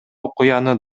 окуяны